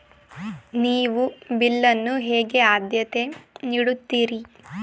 ನೀವು ಬಿಲ್ ಅನ್ನು ಹೇಗೆ ಆದ್ಯತೆ ನೀಡುತ್ತೀರಿ?